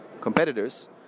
competitors